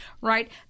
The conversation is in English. right